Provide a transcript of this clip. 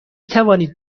توانید